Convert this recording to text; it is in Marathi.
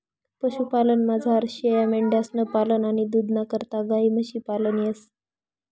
पशुपालनमझार शेयामेंढ्यांसनं पालन आणि दूधना करता गायी म्हशी पालन येस